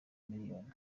miliyoni